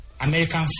American